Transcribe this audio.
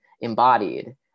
embodied